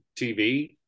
TV